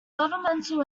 governmental